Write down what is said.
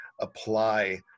apply